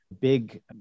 Big